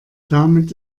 damit